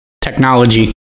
technology